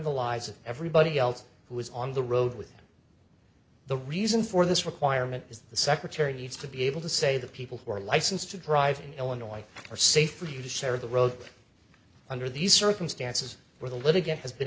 the lives of everybody else who is on the road with the reason for this requirement is the secretary needs to be able to say the people who are licensed to drive in illinois are safe for you to share the road under these circumstances where the litigant has been